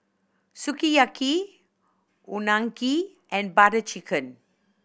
Sukiyaki Unagi and Butter Chicken